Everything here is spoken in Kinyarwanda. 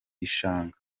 gishanga